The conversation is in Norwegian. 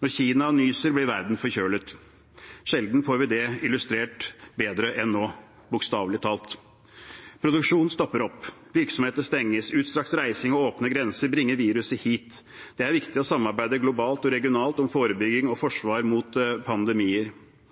Når Kina nyser, blir verden forkjølet. Sjelden får vi det illustrert bedre enn nå, bokstavelig talt. Produksjon stopper opp, virksomheter stenges, utstrakt reising og åpne grenser bringer viruset hit. Det er viktig å samarbeide globalt og regionalt om forebygging og forsvar mot pandemier.